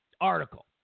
article